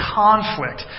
conflict